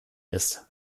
ist